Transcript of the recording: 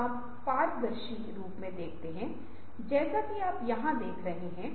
तो आप क्या कहना चाहते हैं कि संगठन हमारे कुछ संगठन हैं जो कि यदि आप इस प्रकार के उत्पाद के लिए जा रहे हैं